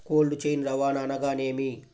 Cold chain రవాణా అనగా నేమి?